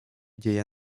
dzieje